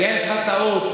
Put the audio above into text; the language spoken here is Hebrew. יש לך טעות.